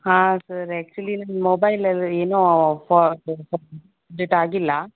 ಹಾಂ sir actually ನನ್ನ ಮೊಬೈಲಲ್ಲಿ ಏನೋ ಅಪ್ಡೇಟ್ ಆಗಿಲ್ಲ